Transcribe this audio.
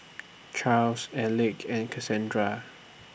Charls Elick and Cassandra